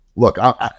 Look